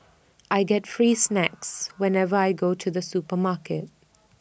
I get free snacks whenever I go to the supermarket